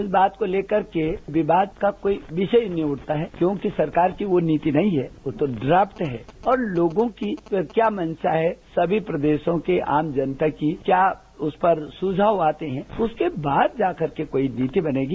इस बात को लेकर के विवाद का कोई विषय नहीं उठता है क्योंकि सरकार वो नीति नहीं है और वो तो ड्राफ्ट है और लोगों की क्या मंशा है सभी प्रदेशों के आम जनता की क्या उस पर सुझाव आते हैं उसके बाद जा करके कोई नीति बनेगी